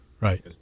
Right